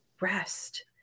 Rest